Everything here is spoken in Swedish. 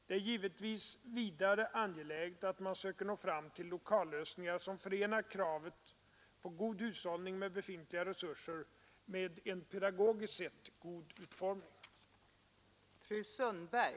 Det är givetvis vidare angeläget att man söker nå fram till lokallösningar som förenar kravet på god hushållning med befintliga resurser med en pedagogiskt sett god utformning.